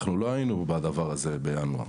אנחנו לא היינו בדבר הזה בינואר,